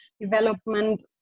development